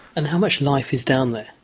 and how much life is down there?